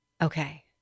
Okay